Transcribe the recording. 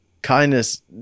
kindness